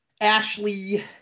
Ashley